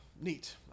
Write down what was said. neat